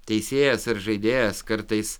teisėjas ar žaidėjas kartais